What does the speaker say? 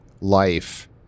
life